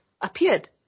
appeared